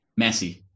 Messi